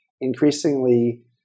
increasingly